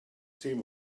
team